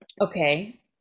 okay